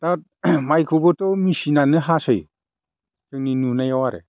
दा माइखौबोथ' मेसिनानो हासै जोंनि नुनायाव आरो